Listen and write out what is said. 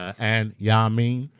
and, ya mean?